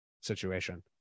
situation